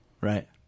Right